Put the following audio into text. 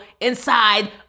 inside